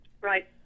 right